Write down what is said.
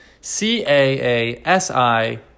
C-A-A-S-I-